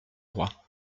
rois